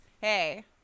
Hey